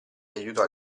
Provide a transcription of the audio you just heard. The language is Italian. aiutò